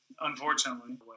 Unfortunately